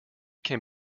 can